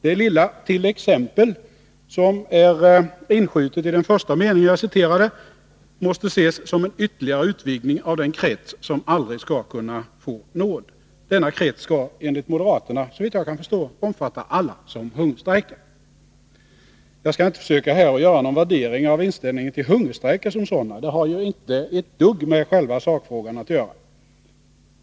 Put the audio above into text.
Det lilla uttrycket ”t.ex.” som är inskjutet i den första mening jag citerade måste dock ses som en ytterligare utvidgning av den krets som aldrig skulle kunna få nåd. Denna krets skall, såvitt jag kan förstå, enligt moderaterna omfatta alla som hungerstrejkar. Jag skall här inte försöka göra någon värdering av inställningen till hungerstrejker som sådana. Det har ju inte ett dugg med själva sakfrågan att göra.